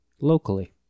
Locally